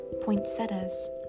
poinsettias